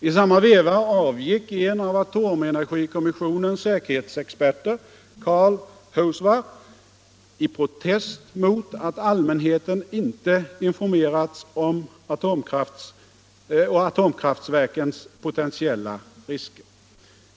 I samma veva avgick en av atomenergikommissionens säkerhetsexperter, Carl Hocevar, i protest mot att allmänheten inte informerats om atomkraftverkens potentiella risker.